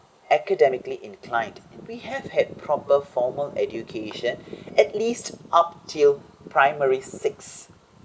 academically inclined we have had proper formal education at least up till primary six